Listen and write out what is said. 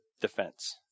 defense